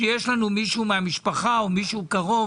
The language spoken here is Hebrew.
כשיש לנו מישהו מהמשפחה או מישהו קרוב